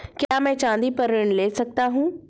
क्या मैं चाँदी पर ऋण ले सकता हूँ?